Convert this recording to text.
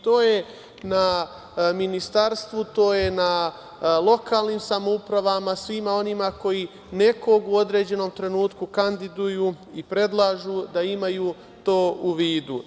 To je na Ministarstvu, to je na lokalnim samoupravama, svima onima koji nekog u određenom trenutku kandiduju i predlažu da imaju to u vidu.